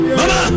Mama